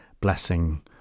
blessing